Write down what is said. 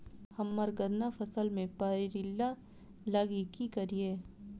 हम्मर गन्ना फसल मे पायरिल्ला लागि की करियै?